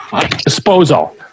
disposal